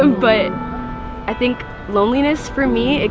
um but i think loneliness for me,